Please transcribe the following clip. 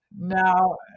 Now